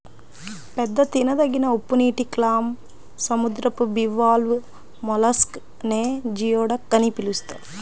పెద్ద తినదగిన ఉప్పునీటి క్లామ్, సముద్రపు బివాల్వ్ మొలస్క్ నే జియోడక్ అని పిలుస్తారు